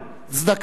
מדוע,